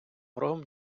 рогом